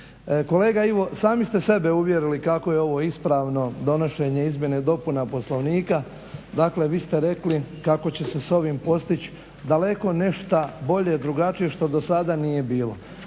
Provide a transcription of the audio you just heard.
Kolega Ivo, sami ste sebe uvjerili kako je ovo ispravno donošenje izmjena i dopuna Poslovnika, dakle vi ste rekli kako će se s ovim postić' daleko nešto bolje, drugačije što do sada nije bilo.